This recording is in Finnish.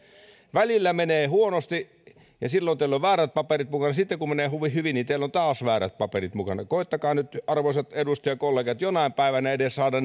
välillä menee huonosti ja silloin teillä on väärät paperit mukana mutta sitten kun menee hyvin hyvin niin teillä on taas väärät paperit mukana koettakaa nyt arvoisat edustajakollegat jonain päivänä edes saada